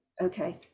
okay